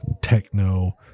techno